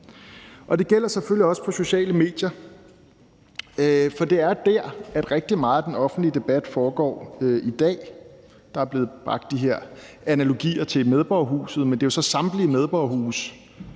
Det gælder selvfølgelig også for sociale medier, for det er der, rigtig meget af den offentlige debat foregår i dag. Der er blevet bragt de her analogier til medborgerhuset op, men det er jo så samtlige medborgerhuse